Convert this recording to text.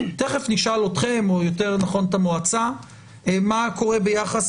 תכף נשאל אתכם או יותר נכון את המועצה מה קורה ביחס